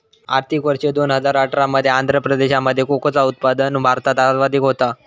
आर्थिक वर्ष दोन हजार अठरा मध्ये आंध्र प्रदेशामध्ये कोकोचा उत्पादन भारतात सर्वाधिक होता